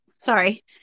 Sorry